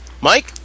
Mike